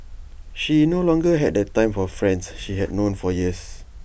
she no longer had the time for friends she had known for years